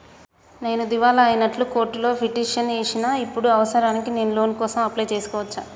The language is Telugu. నేను దివాలా అయినట్లు కోర్టులో పిటిషన్ ఏశిన ఇప్పుడు అవసరానికి నేను లోన్ కోసం అప్లయ్ చేస్కోవచ్చా?